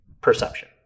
perception